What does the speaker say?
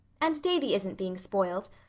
and davy isn't being spoiled.